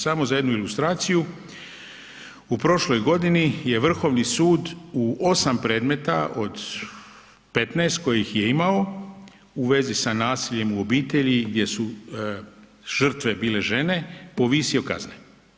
Samo za jednu ilustraciju u prošloj godini je Vrhovni sud u 8 predmeta od 15 kojih je imao u vezi sa nasiljem u obitelji gdje su žrtve bile žene povisio kazne.